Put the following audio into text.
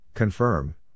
Confirm